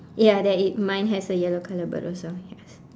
ya there is mine has a yellow colour bird also yes